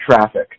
traffic